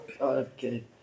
okay